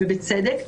ובצדק.